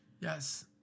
Yes